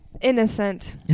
innocent